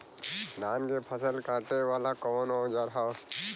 धान के फसल कांटे वाला कवन औजार ह?